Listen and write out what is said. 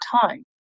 time